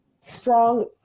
strong